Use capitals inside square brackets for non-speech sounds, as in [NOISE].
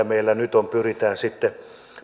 [UNINTELLIGIBLE] meillä nyt on sitten